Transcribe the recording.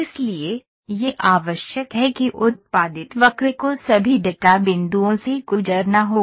इसलिए यह आवश्यक है कि उत्पादित वक्र को सभी डेटा बिंदुओं से गुजरना होगा